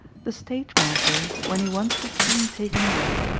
the stage manager, when he wants the scene taken away,